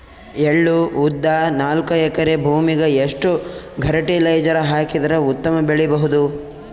ಎಳ್ಳು, ಉದ್ದ ನಾಲ್ಕಎಕರೆ ಭೂಮಿಗ ಎಷ್ಟ ಫರಟಿಲೈಜರ ಹಾಕಿದರ ಉತ್ತಮ ಬೆಳಿ ಬಹುದು?